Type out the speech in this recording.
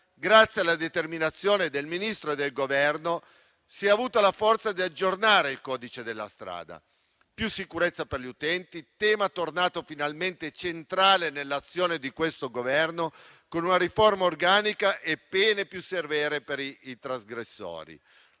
grazie alla determinazione del Ministro e del Governo, si è avuta la forza di aggiornare il codice della strada. Più sicurezza per gli utenti: tema tornato finalmente centrale nell'azione di questo Governo, con una riforma organica e pene più severe per i trasgressori.